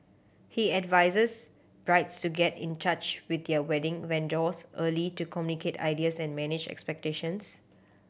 he advises brides to get in touch with their wedding vendors early to communicate ideas and manage expectations